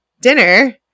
dinner